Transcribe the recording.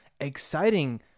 exciting